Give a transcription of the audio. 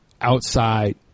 outside